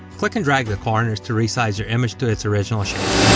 click and drag the corners to resize your image to its original shape.